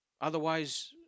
otherwise